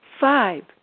five